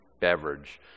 beverage